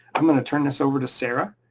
i'm gonna turn this over to sarah